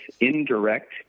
indirect